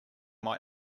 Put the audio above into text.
might